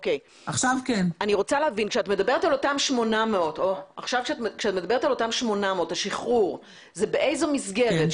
כשאת מדברת על אותם 800, השחרור הוא באיזו מסגרת?